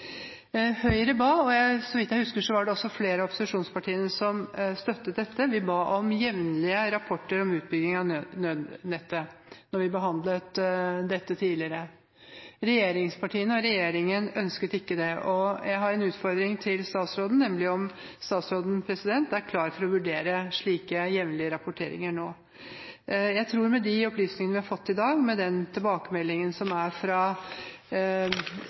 Høyre ba – så vidt jeg husker var det også flere av opposisjonspartiene som støttet dette – om jevnlige rapporter om utbygging av nødnettet da vi behandlet dette tidligere. Regjeringspartiene og regjeringen ønsket ikke det. Jeg har en utfordring til statsråden, nemlig om statsråden er klar for å vurdere slike jevnlige rapporteringer nå. Jeg tror at med de opplysningene vi har fått i dag, med den tilbakemeldingen som er fra